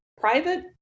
private